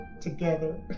together